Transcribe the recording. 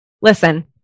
Listen